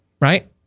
right